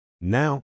Now